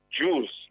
Jews